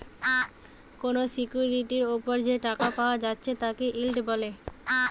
কোনো সিকিউরিটির উপর যে টাকা পায়া যাচ্ছে তাকে ইল্ড বলে